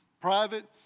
Private